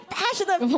passionate